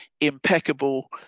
impeccable